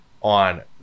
on